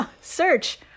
Search